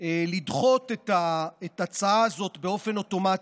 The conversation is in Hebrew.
לדחות את ההצעה הזאת באופן אוטומטי.